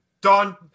done